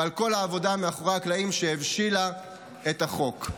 ועל כל העבודה מאחורי הקלעים שהבשילה את החוק,